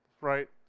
right